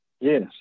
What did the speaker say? yes